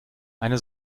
eine